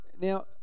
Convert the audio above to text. Now